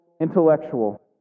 intellectual